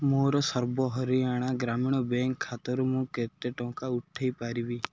ମୋର ସର୍ବ ହରିୟାଣା ଗ୍ରାମୀଣ ବ୍ୟାଙ୍କ୍ ଖାତାରୁ ମୁଁ କେତେ ଟଙ୍କା ଉଠାଇ ପାରିବି